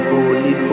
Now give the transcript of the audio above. Holy